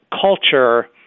culture